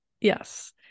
yes